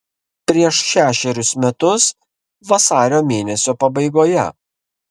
prieš šešerius metus vasario mėnesio pabaigoje